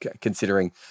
considering